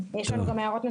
יש לנו גם הערות נוספות,